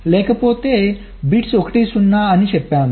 లేకపోతే బిట్స్ 1 0 అని చెప్పాము